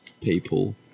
people